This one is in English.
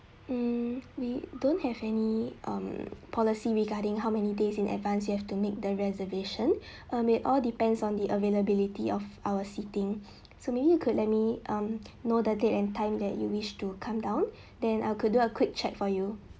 mm we don't have any um policy regarding how many days in advance you have to make the reservation uh may all depends on the availability of our seating so maybe you could let me um know the date and time that you wish to come down then I could do a quick check for you